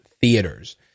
theaters